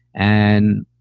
and,